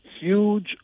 huge